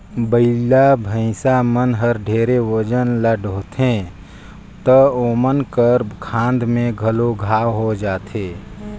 बइला, भइसा मन हर ढेरे ओजन ल डोहथें त ओमन कर खांध में घलो घांव होये जाथे